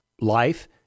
life